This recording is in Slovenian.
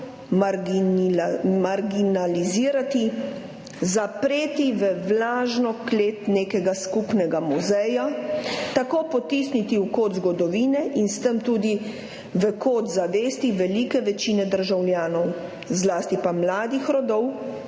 marginalizirati, zapreti v vlažno klet nekega skupnega muzeja, tako potisniti v kot zgodovine in s tem tudi v kot zavesti velike večine državljanov, zlasti pa mladih rodov,